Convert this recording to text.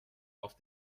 auf